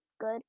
good